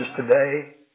today